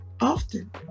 often